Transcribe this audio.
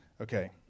okay